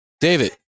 David